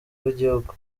rw’igihugu